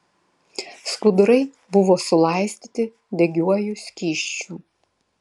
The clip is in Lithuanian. skudurai buvo sulaistyti degiuoju skysčiu